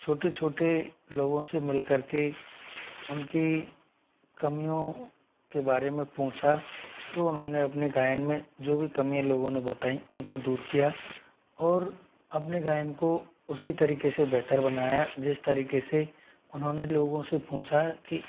छोटे छोटे लोगों से मिल करके उनकी कमियों के बारे में पूछा तो उन्होंने अपनी गायन में जो भी कमियाँ लोगों ने बताई उनको दूर किया और अपने गायन को उसी तरीके से बेहतर बनाया जिस तरीके से उन्होंने लोगों से पूछा कि